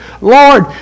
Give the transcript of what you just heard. Lord